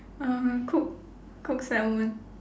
um cook cook salmon